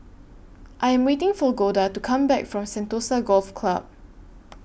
I Am waiting For Golda to Come Back from Sentosa Golf Club